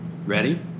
Ready